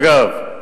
אגב,